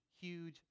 huge